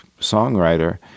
songwriter